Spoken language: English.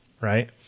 right